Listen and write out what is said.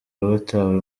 batawe